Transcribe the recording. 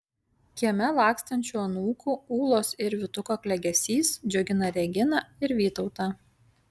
kieme lakstančių anūkų ūlos ir vytuko klegesys džiugina reginą ir vytautą